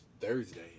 Thursday